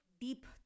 deep